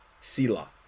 Sila